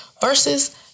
versus